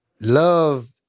love